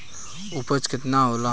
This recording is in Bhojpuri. उपज केतना होला?